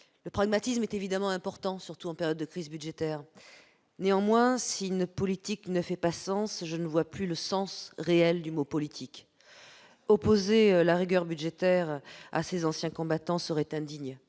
Le pragmatisme est évidemment important, surtout en période de crise budgétaire. Néanmoins, si notre politique ne fait pas sens, je ne vois plus la signification réelle du mot « politique ». Opposer la rigueur budgétaire à ces anciens combattants serait indigne.